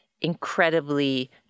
incredibly